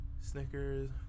Snickers